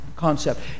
concept